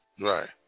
Right